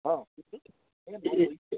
অঁ